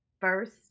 first